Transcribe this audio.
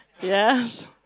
Yes